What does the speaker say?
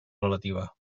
relativa